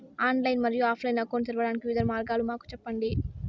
Online మరియు offline account తెరవడానికి వివిధ మార్గాలు మాకు సెప్పండి?